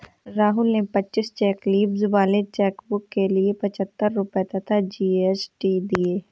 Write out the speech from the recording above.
राहुल ने पच्चीस cheque leaves वाले चेकबुक के लिए पच्छत्तर रुपये तथा जी.एस.टी दिए